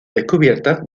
descubiertas